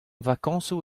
vakañsoù